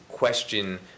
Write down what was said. question